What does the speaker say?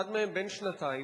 ואחד מהם בן שנתיים.